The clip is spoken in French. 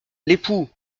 l’époux